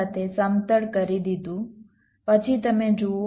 1 સાથે સમતળ કરી દીધું પછી તમે આ y જુઓ